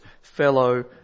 fellow